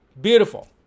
Beautiful